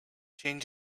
change